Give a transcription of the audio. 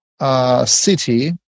city